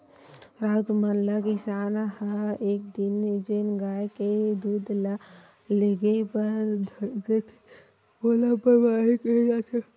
राउत मन ल किसान ह एक दिन जेन गाय के दूद ल लेगे बर देथे ओला बरवाही केहे जाथे